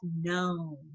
known